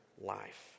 life